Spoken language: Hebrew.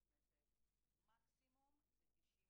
הרווחה והבריאות בנושא הצעת חוק ביטוח בריאות ממלכתי (תיקון מס'